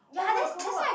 oh-my-god